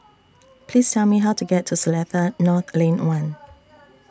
Please Tell Me How to get to Seletar North Lane one